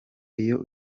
iyo